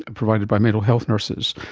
ah provided by mental health nurses,